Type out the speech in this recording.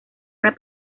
una